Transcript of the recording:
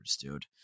dude